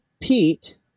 Pete